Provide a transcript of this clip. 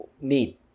need